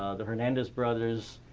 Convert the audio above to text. the hernandez brothers.